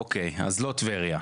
אוקיי, אז לא טבריה.